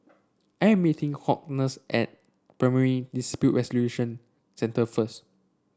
I am meeting Hortense at Primary Dispute Resolution Centre first